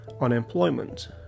unemployment